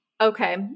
okay